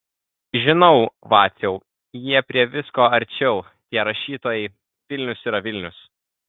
žinai vaciau jie prie visko arčiau tie rašytojai vilnius yra vilnius